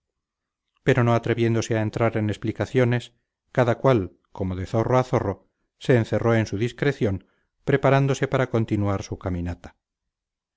pero no atreviéndose a entrar en explicaciones cada cual como de zorro a zorro se encerró en su discreción preparándose para continuar su caminata